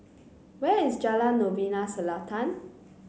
where is Jalan Novena Selatan